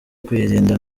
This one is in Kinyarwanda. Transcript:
kuyirinda